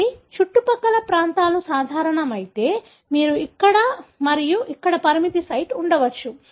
కాబట్టి చుట్టుపక్కల ప్రాంతాలు సాధారణం అయితే మీకు ఇక్కడ మరియు ఇక్కడ పరిమితి సైట్ ఉండవచ్చు